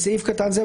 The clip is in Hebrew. בסעיף קטן זה,